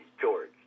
George